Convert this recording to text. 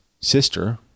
sister